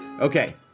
Okay